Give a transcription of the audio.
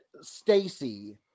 Stacy